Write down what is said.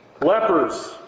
lepers